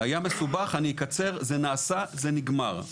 היה מסובך, אקצר, זה נעשה, זה נגמר.